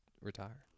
retire